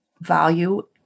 value